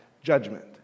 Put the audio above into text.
judgment